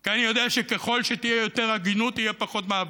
כי אני יודע שככל שתהיה יותר הגינות יהיה פחות מאבק.